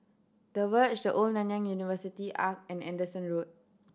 The Verge The Old Nanyang University Arch and Anderson Road